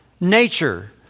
nature